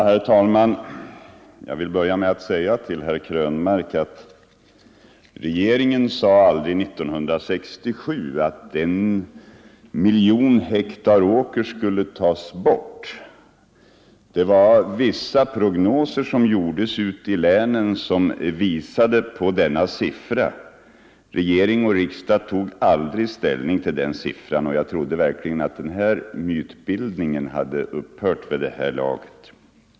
Herr talman! Jag vill börja med att säga till herr Krönmark att regeringen år 1967 aldrig sade att en miljon hektar åker skulle tas bort, utan det var vissa prognoser, som gjorts ute i länen, som visade på denna siffra. Regering och riksdag tog dock aldrig ställning till den siffran. — Jag trodde verkligen att den mytbildningen hade upphört vid det här laget.